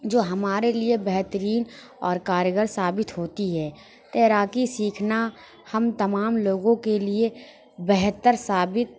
جو ہمارے لیے بہترین اور کارگر ثابت ہوتی ہے تیراکی سیکھنا ہم تمام لوگوں کے لیے بہتر ثابت